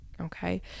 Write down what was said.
okay